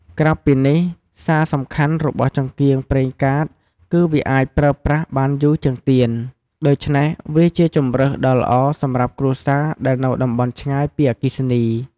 ក្រៅពីនេះ សារសំខាន់របស់ចង្កៀងប្រេងកាតគឺវាអាចប្រើប្រាស់បានយូរជាងទៀន ដូច្នេះវាជាជម្រើសដ៏ល្អសម្រាប់គ្រួសារដែលនៅតំបន់ឆ្ងាយពីអគ្គិសនី។